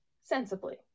sensibly